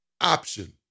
option